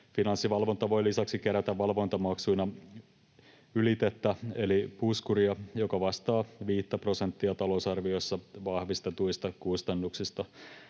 Finanssivalvonta voi lisäksi kerätä valvontamaksuina ylitettä eli puskuria, joka vastaa 5 prosenttia talousarviossa vahvistetuista kustannuksista.